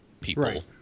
people